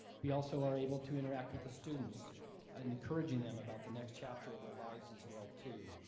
we also are able to interact with the students and encouraging them about the next chapter of their lives as well too.